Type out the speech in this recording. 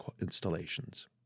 installations